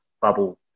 bubble